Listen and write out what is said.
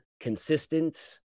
consistent